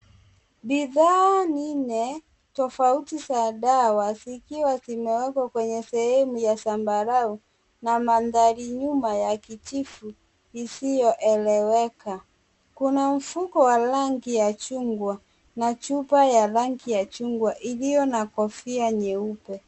Bidhaa nne tofauti za dawa zikiwa zimewekwa kwenye sehemu ya zambarau na mandhari nyuma ya kijivu isiyoeleweka. Kuna mfuko wa rangi ya chungwa na chupa ya rangi ya chungwa iliyo na kofia nyeupe.